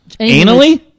Anally